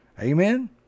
Amen